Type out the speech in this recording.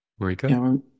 Marika